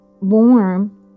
warm